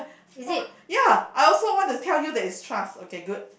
!wah! ya I also want to tell you that is trust okay good